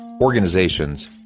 organizations